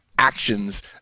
actions